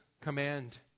command